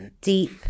deep